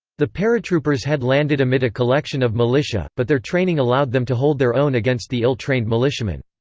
the paratroopers had landed amid a collection of militia, but their training allowed them to hold their own against the ill-trained militiamen.